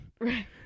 Right